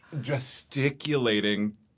gesticulating